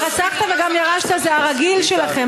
"הרצחת וגם ירשת" זה הרגיל שלכם,